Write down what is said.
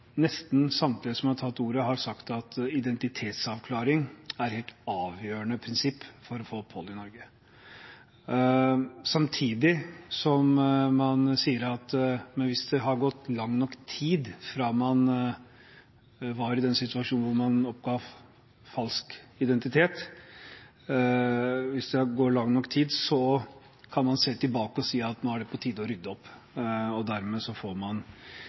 Nesten samtlige som har hatt ordet, har sagt at identitetsavklaring er et helt avgjørende prinsipp for å få opphold i Norge, samtidig som man sier at hvis det går lang nok tid fra man var i den situasjonen at man oppga falsk identitet, kan man se tilbake og si at nå er det på tide å rydde opp, og dermed får man